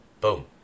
Boom